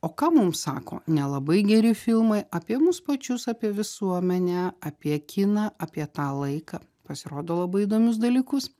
o ką mums sako nelabai geri filmai apie mus pačius apie visuomenę apie kiną apie tą laiką pasirodo labai įdomius dalykus